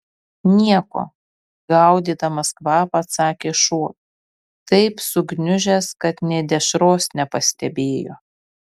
nieko gaudydamas kvapą atsakė šuo taip sugniužęs kad nė dešros nepastebėjo